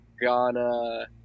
Ghana –